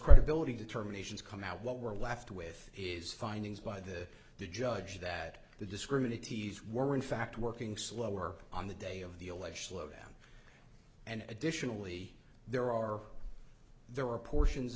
credibility determinations come out what we're left with is findings by the judge that the discriminates he's were in fact working slower on the day of the alleged lowdown and additionally there are there are portions